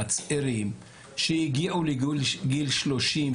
הצעירים שהגיעו לגיל 30,